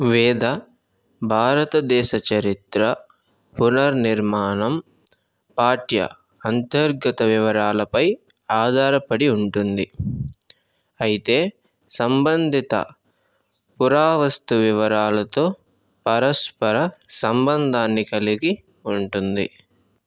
వేద భారతదేశ చరిత్ర పునర్నిర్మాణం పాఠ్య అంతర్గత వివరాలపై ఆధారపడి ఉంటుంది అయితే సంబంధిత పురావస్తు వివరాలతో పరస్పర సంబంధాన్ని కలిగి ఉంటుంది